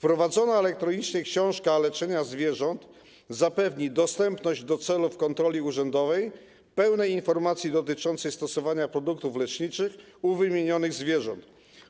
Prowadzona elektronicznie książka leczenia zwierząt zapewni dostępność do celów kontroli urzędowej pełnej informacji dotyczącej stosowania produktów leczniczych u wymienionych zwierząt.